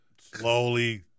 Slowly